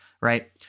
right